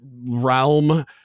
realm